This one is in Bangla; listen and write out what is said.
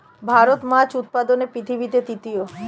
ভারত মাছ উৎপাদনে পৃথিবীতে তৃতীয়